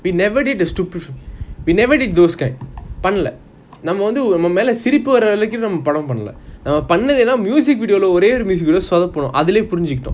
we never did the stupid film we never did those kind பண்ணல நம்ம மேல சிரிப்பி வரமாரி நம்மபடம் பண்ணல நம்ம பணத்துல:panala namma mela siripi varamaari nammapadam panala namma panathula music video ஒன்னு சொதப்புனோம் அதுலயே புரிஞ்சிக்கிட்டோம்:onnu sothapunom athulayae purinjikitom